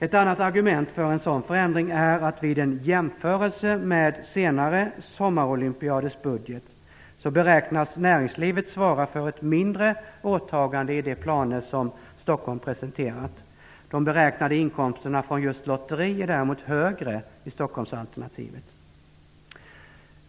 Ett annat argument för en sådan förändring är att vid en jämförelse med senare sommarolympiaders budget beräknas näringslivet svara för ett mindre åtagande i de planer som Stockholm presenterat. De beräknade inkomsterna från just lotteriet är däremot högre i Stockholmsalternativet.